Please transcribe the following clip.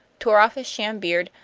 tore off his sham beard,